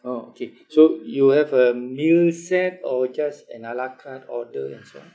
orh okay so you have a meal set or just an a la carte order and so on